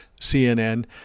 CNN